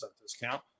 discount